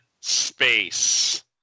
Space